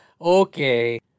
Okay